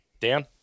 Dan